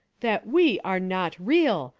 that we are not real,